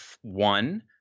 one